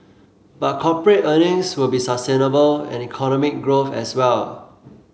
but corporate earnings will be sustainable and economic growth as well